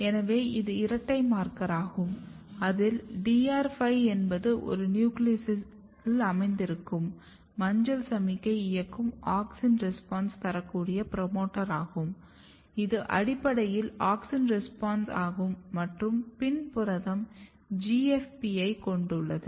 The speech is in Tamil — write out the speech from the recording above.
எனவே இது இரட்டை மார்க்கராகும் அதில் DR 5 என்பது ஒரு நியூக்ளியஸ்ஸில் அமைந்திருக்கும் மஞ்சள் சமிக்ஞையை இயக்கும் ஆக்ஸின் ரெஸ்பான்ஸை தரக்கூடிய புரோமோட்டாராகும் இது அடிப்படையில் ஆக்ஸின் ரெஸ்பான்ஸ் ஆகும் மற்றும் PIN புரதம் GFPயைக் கொண்டுள்ளது